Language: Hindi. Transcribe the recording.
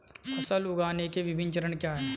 फसल उगाने के विभिन्न चरण क्या हैं?